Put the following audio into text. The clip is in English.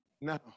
Now